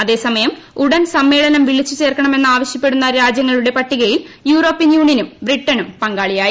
അതേസമയം ഉടൻ സമ്മേളനം വിളിച്ചു ചേർക്കണമെന്ന് ആവശ്യപ്പെടുന്ന രാജ്യങ്ങളുടെ പട്ടികയിൽ യൂറോപ്യൻ യൂണിയനും ബ്രിട്ടനും പങ്കാളിയായി